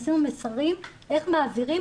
עשינו מסרים איך מעבירים,